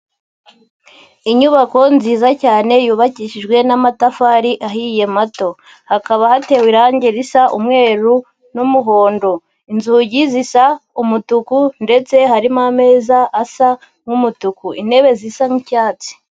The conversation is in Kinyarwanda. Inyubako nziza cyane yubakishijwe n'amatafari ahiye mato, hakaba hatewe irangi risa umweru n'umuhondo, inzugi zisa umutuku ndetse harimo ameza asa nk'umutuku, intebe zisa nk'icyatsi.